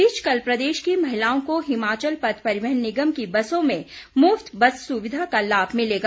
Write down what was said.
इस बीच कल प्रदेश की महिलाओं को हिमाचल पथ परिवहन निगम की बसों में मुफ़त बस सुविधा का लाभ मिलेगा